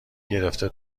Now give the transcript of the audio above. گرفته